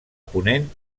ponent